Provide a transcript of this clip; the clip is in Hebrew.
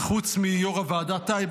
וחוץ מיו"ר הוועדה טייב,